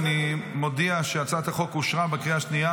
אני מודיע שהצעת החוק אושרה בקריאה השנייה.